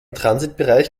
transitbereich